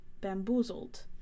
bamboozled